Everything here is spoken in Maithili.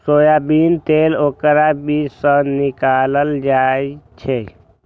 सोयाबीन तेल ओकर बीज सं निकालल जाइ छै